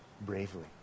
bravely